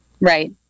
Right